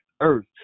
earth